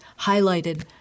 highlighted